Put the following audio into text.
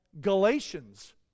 Galatians